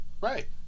Right